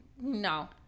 no